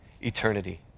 eternity